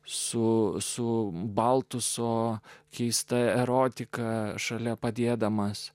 su su baltu su keista erotika šalia padėdamas